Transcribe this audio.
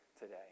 today